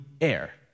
air